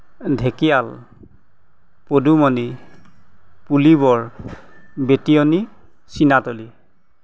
Dhekial Padumoni Pulibor Betioni Chinatoli